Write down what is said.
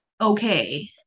Okay